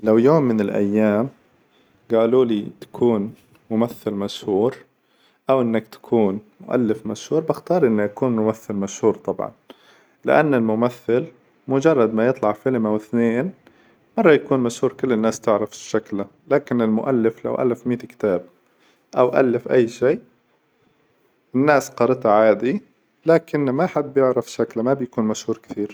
لو يوم من الأيام قالوا لي تكون ممثل مشهور أو إنك تكون مؤلف مشهور، باختار إني أكون ممثل مشهور طبعا لأن الممثل مجرد ما يطلع فيلم أو اثنين مرة يكون مشهور كل الناس تعرف شكله، لكن المؤلف لو ألف مئة كتاب أو ألف أي شي الناس قرتها عادي لكن ما حد بيعرف شكلة ما بيكون مشهور كثير.